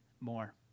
more